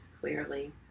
Clearly